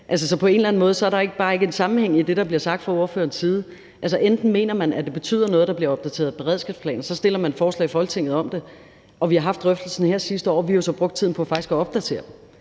så på en eller måde er der bare ikke en sammenhæng i det, der bliver sagt fra ordførerens side. Man kan mene, at det betyder noget, at der bliver opdateret beredskabsplaner, og så fremsætter man et forslag i Folketinget om det. Vi har haft drøftelsen her sidste år, og vi har jo så brugt tiden på faktisk at opdatere